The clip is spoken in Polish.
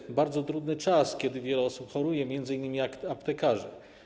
Mamy bardzo trudny czas, kiedy wiele osób choruje, m.in. aptekarze.